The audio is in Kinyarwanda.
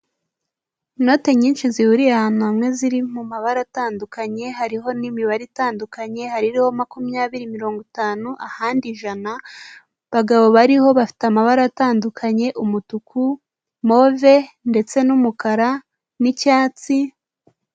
Inote nyinshi zihuriye ahantu hamwe ziri mu mabara atandukanye, hariho n'imibare itandukanye, hari iriho makumyabiri, mirongo itanu, ahandi ijana, abagabo bariho bafite amabara atandukanye, umutuku, move ndetse n'umukara n'icyatsi.